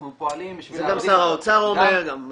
אנחנו פועלים בשביל --- זה גם שר האוצר אומר, גם